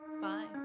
Bye